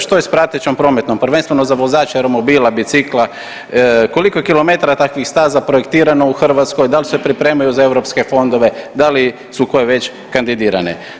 Što je s pratećom prometnom prvenstveno za vozače romobila, bicikla, koliko je kilometara takvih staza projektirano u Hrvatskoj, da li se pripremaju za europske fondove, da li su koje već kandidirane?